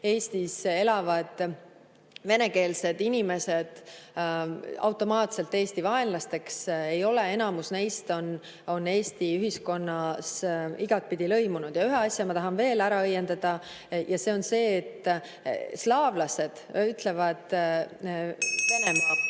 Eestis elavad venekeelsed inimesed automaatselt Eesti vaenlasteks. Ei ole, enamus neist on Eesti ühiskonnas igatpidi lõimunud. Ja ühe asja ma tahan veel ära õiendada. Ja see on see, et slaavlased ütlevad (Juhataja